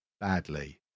badly